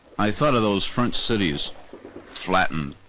i thought of those front cities flattened.